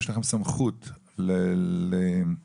יש לכם סמכות להעניש,